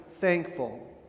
thankful